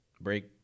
break